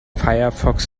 firefox